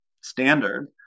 standard